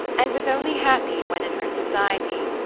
and was only happy when in her society.